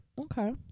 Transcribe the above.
Okay